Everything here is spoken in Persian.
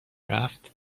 رفت